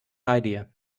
idea